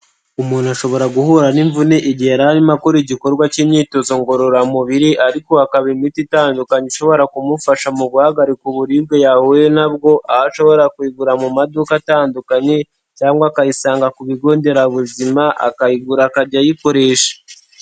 Umuntu ashobora guhura n'imvune igihe yari arimo akora igikorwa cy'imyitozo ngororamubiri, ariko hakaba imiti itandukanye ishobora kumufasha mu guhagarika uburibwe yahuye nabwo, aho ashobora kuyigura mu maduka atandukanye cyangwa akayisanga ku bigo nderabuzima akayigura, akajya ayikoresha.